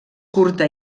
curta